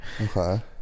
Okay